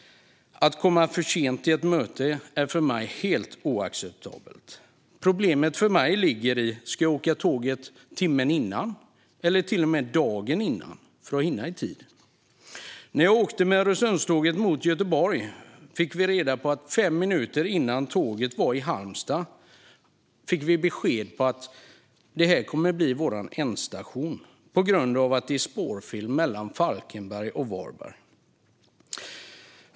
Att komma för sent till ett möte är för mig helt oacceptabelt. Problemet för mig handlar om ifall jag ska åka tåget som går en timme tidigare eller till och med en dag tidigare för att hinna i tid. När jag åkte med Öresundståget mot Göteborg fick vi fem minuter innan tåget var i Halmstad besked om att det skulle bli vår slutstation på grund av spårfel mellan Falkenberg och Varberg.